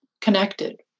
connected